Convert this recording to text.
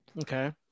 Okay